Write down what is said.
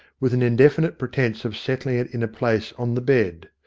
with an indefinite pretence of settling it in a place on the bed.